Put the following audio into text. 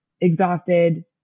exhausted